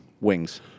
wings